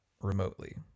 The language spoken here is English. remotely